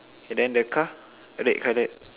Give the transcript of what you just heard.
k then the car red colored